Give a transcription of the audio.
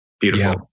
beautiful